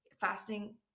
Fasting